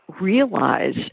realize